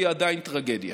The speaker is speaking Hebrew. והיא עדיין טרגדיה.